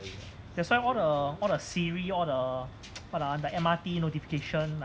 that's why all the all the siri all the what ah the M_R_T notification like